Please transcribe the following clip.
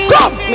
Come